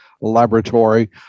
Laboratory